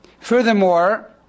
Furthermore